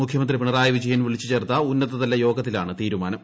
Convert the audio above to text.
മുഖ്യമന്ത്രി പിണറായി ബിജയൻ വിളിച്ചുചേർത്ത ഉന്നതതല യോഗത്തിലാണ് തീരുമാനം